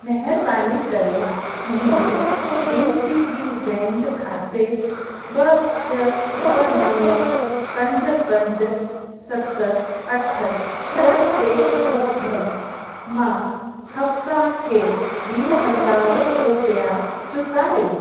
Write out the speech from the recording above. महिरबानी करे मुंहिंजे डी सी बी बैंक खाते ॿ छह ॿ नवं पंज पंज सत अठ छ्ह टे ॿ ॿ मां हफ़्साह खे वीह हज़ार रुपिया चुकायो